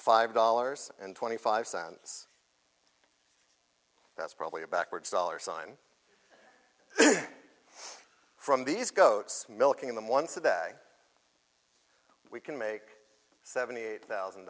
five dollars and twenty five cents that's probably a backwards dollar sign from these goats milking them once a day we can make seventy eight thousand